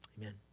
Amen